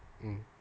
mm